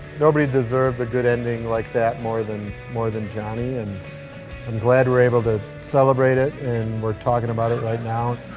nobody deserved a good ending like that more than more than jonny, and i'm glad we're able to celebrate it and we're talking about it right now.